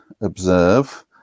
observe